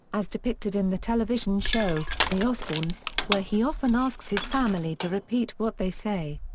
as depicted in the television show, the osbournes, where he often asks his family to repeat what they say.